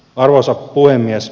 arvoisa puhemies